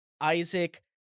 Isaac